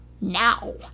Now